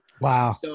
Wow